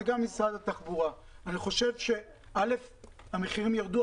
וגם למשרד התחבורה: המחירים ירדו,